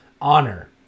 honor